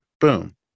boom